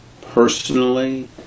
personally